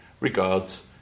Regards